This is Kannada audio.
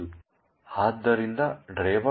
ಆದ್ದರಿಂದ driver